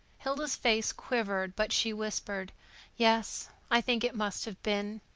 hilda's face quivered, but she whispered yes, i think it must have been.